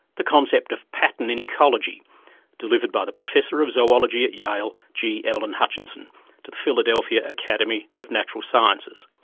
the concept of pattern in ecology delivered by the professor of zoology at yale, g evelyn hutchinson to the philadelphia academy of natural sciences.